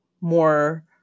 more